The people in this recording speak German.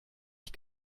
ich